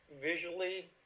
visually